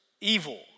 evil